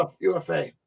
UFA